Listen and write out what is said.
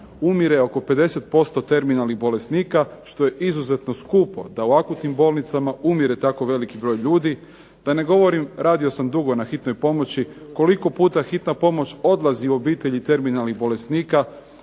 umire oko 50% terminalnih bolesnika što je izuzetno skupo da u akutnim bolnicama umire tako veliki broj ljudi. Da ne govorim radio sam dugo na hitnoj pomoći. Koliko puta hitna pomoći odlazi u obitelji terminalnih bolesnika